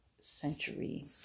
century